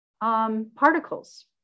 particles